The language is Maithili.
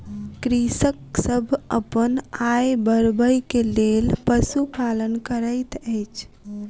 कृषक सभ अपन आय बढ़बै के लेल पशुपालन करैत अछि